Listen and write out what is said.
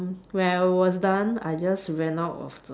when I was done I just went out of the